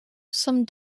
some